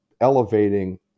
elevating